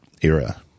era